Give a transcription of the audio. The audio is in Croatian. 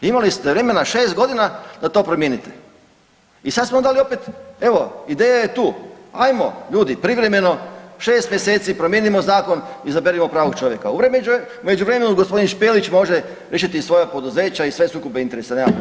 Imali ste vremena 6 godina da to promijenite i sad smo vam dali opet, evo, ideja je tu, ajmo ljudi privremeno, 6 mjeseci promijenimo zakon i izaberimo pravog čovjeka, u međuvremenu gospodin Špelić može lišiti svoja poduzeća i sve sukobe interesa, nema problema.